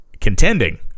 contending